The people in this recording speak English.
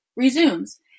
resumes